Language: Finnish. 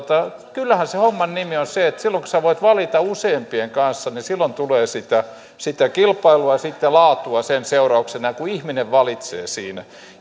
kyllähän se homman nimi on se että kun voi valita useampien kanssa niin silloin tulee sitä sitä kilpailua sitten laatua sen seurauksena kun ihminen valitsee siinä